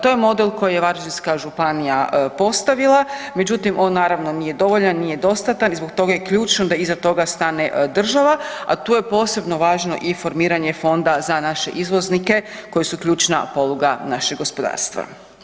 To je model koji je Varaždinska županija postavila, međutim on naravno nije dovoljan, nije dostatan i zbog toga je ključno da iza toga stane država, a tu je posebno važno i formiranje fonda za naše izvoznike koji su ključna poluga našeg gospodarstva.